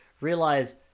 realize